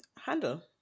handle